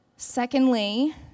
Secondly